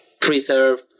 preserve